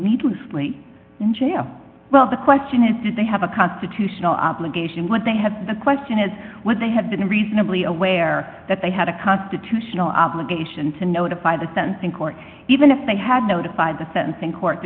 needlessly in jail well the question is did they have a constitutional obligation when they had the question is would they have been reasonably aware that they had a constitutional obligation to notify the sentencing court even if they had notified the sentencing court